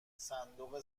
صندوق